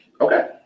Okay